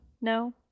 No